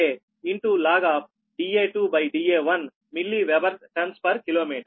4605 Ia log Da2 Da1 milliweber turns per kilometre